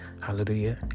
Hallelujah